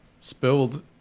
spilled